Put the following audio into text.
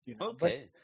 Okay